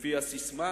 לפי הססמה